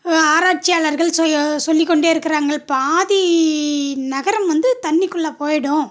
ஆராய்ச்சியாளர்கள் சொல்லிக்கொண்டே இருக்கறாங்கள் பாதி நகரம் வந்து தண்ணிக்குள்ளே போயிடும்